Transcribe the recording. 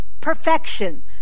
perfection